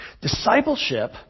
Discipleship